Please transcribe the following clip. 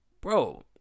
Bro